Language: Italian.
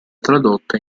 tradotta